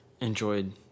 enjoyed